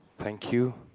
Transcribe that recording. thank you.